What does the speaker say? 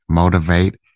motivate